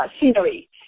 scenery